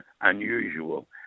unusual